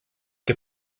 que